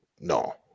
No